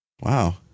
Wow